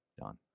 Done